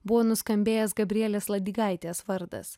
buvo nuskambėjęs gabrielės ladigaitės vardas